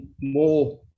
more